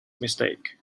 mistake